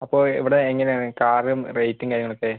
അപ്പോൾ ഇവിടെ എങ്ങനെ ആണ് കാറും റേറ്റും കാര്യങ്ങൾ ഒക്കെ